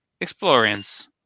Explorians